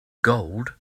gold